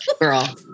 girl